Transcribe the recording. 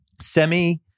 semi